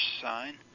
sign